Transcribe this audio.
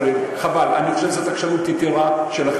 מאמץ, אראל, חבל, אני חושב שזאת עקשנות יתרה שלכם.